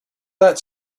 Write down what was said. that